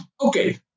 okay